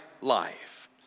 life